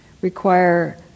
require